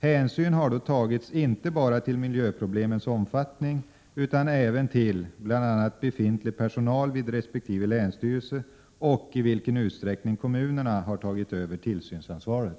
Hänsyn har då tagits inte bara till miljöproblemens omfattning utan även till bl.a. befintlig personal vid resp. länsstyrelse och i vilken utsträckning kommunerna har tagit över tillsynsansvaret.